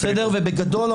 בגדול,